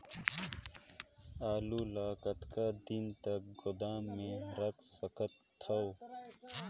आलू ल कतका दिन तक गोदाम मे रख सकथ हों?